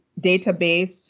database